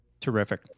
Terrific